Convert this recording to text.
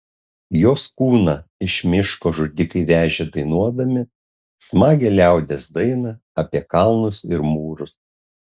jos kūną iš miško žudikai vežė dainuodami smagią liaudies dainą apie kalnus ir mūrus